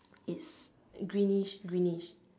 it's greenish greenish